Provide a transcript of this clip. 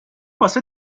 واسه